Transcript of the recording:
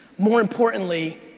more importantly,